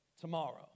tomorrow